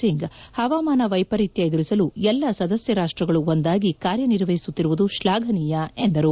ಸಿಂಗ್ ಹವಾಮಾನ ವೈಪರೀತ್ಯ ಎದುರಿಸಲು ಎಲ್ಲಾ ಸದಸ್ಯ ರಾಷ್ಟ್ರಗಳು ಒಂದಾಗಿ ಕಾರ್ಯನಿರ್ವಹಿಸುತ್ತಿರುವುದು ಶ್ಲಾಘನೀಯ ಎಂದರು